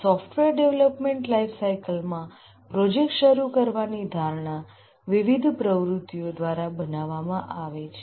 software development લાઈફસાઈકલમા project શરૂ કરવાની ધારણા વિવિધ પ્રવૃત્તિઓ દ્વારા બનાવવામાં આવે છે